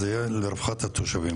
זה יהיה לרווחת התושבים.